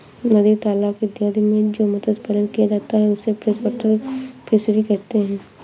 नदी तालाब इत्यादि में जो मत्स्य पालन किया जाता है उसे फ्रेश वाटर फिशरी कहते हैं